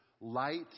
light